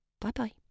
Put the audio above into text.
Bye-bye